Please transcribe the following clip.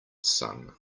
sun